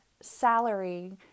salary